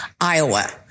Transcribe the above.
Iowa